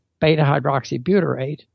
beta-hydroxybutyrate